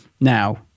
Now